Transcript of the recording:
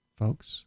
folks